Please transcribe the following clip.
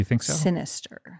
sinister